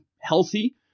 healthy